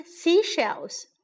seashells